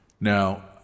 Now